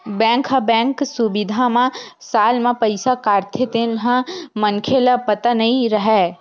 bank ह bank सुबिधा म साल म पईसा काटथे तेन ह मनखे ल पता नई रहय